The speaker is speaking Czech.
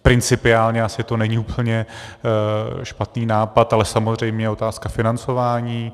Principiálně to asi není úplně špatný nápad, ale je samozřejmě otázka financování.